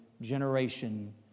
generation